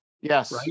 Yes